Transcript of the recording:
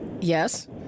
yes